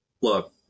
Look